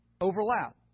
overlap